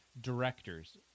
directors